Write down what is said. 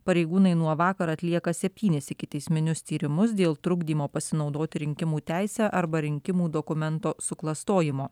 pareigūnai nuo vakar atlieka septynis ikiteisminius tyrimus dėl trukdymo pasinaudoti rinkimų teise arba rinkimų dokumento suklastojimo